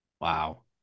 Wow